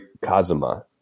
Kazuma